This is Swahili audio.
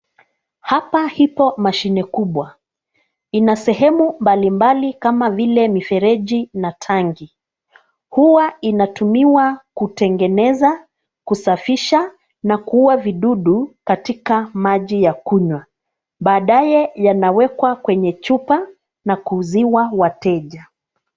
Hapa hipo mashine kubwa, ina sehemu mbali mbali kama vile mifereji na tanki, hua inatumiwa kutengeneza, kusafisha, na kuua vidudu katika maji ya kunywa, baadaye yanawekwa kwenye chupa na kuuziwa wateja.